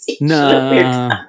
No